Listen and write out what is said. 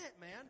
man